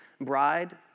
bride